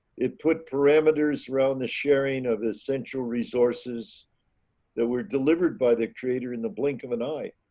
it put parameters around the sharing of essential resources that were delivered by the creator in the blink of an eye,